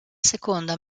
seconda